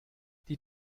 die